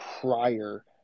prior